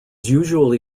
usually